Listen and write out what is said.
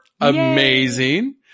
amazing